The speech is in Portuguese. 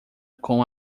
com